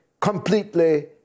completely